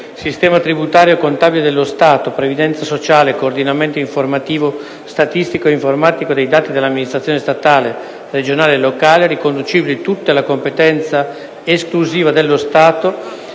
sistema tributario e contabile dello Stato, previdenza sociale e coordinamento informativo, statistico e informatico dei dati dell’amministrazione statale, regionale e locale, riconducibili tutti alla competenza esclusiva dello Stato